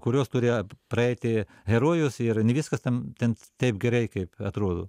kuriuos turi praeiti herojus ir ne viskas ten ten taip gerai kaip atrodo